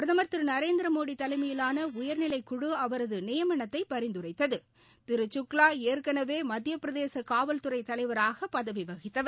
பிரதம் திரு நரேந்திரமோடி தலைமையிலான உயர்நிலைக்குழு அவரது நியமனத்தை பரிந்துரைத்தது திரு சுக்லா ஏற்கனவே மத்திய பிரதேச காவல்துறை தலைவராக பதவி வகித்தவர்